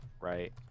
right